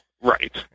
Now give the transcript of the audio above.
right